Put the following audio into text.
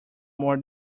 more